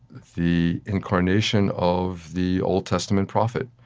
the incarnation of the old testament prophet.